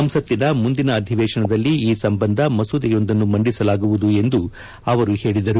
ಸಂಸತ್ತಿನ ಮುಂದಿನ ಅಧಿವೇಶನದಲ್ಲಿ ಈ ಸಂಬಂಧ ಮಸೂದೆಯೊಂದನ್ನು ಮಂಡಿಸಲಾಗುವುದು ಎಂದು ಅವರು ಹೇಳಿದರು